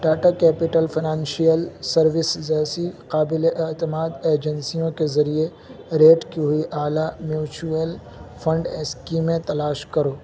ٹا ٹا capital financial service جیسی قابلِ اعتماد ایجنسیوں کے ذریعے ریٹ کی ہوئی اعلیٰ میوچوئل فنڈ اسکیمیں تلاش کرو